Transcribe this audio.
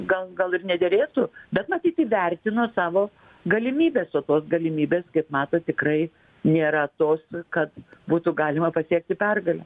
gal gal ir nederėtų bet matyt įvertina savo galimybes o tos galimybės kaip matot tikrai nėra tos kad būtų galima pasiekti pergalę